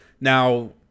Now